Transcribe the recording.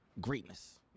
greatness